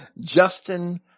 Justin